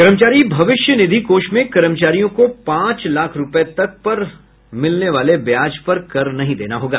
कर्मचारी भविष्य निधि कोष में कर्मचारियों को पांच लाख रूपये तक पर मिलने वाले ब्याज पर कर नहीं देना होगा